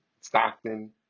Stockton